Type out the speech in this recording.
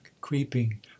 creeping